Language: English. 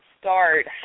start